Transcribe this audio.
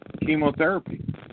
chemotherapy